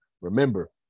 remember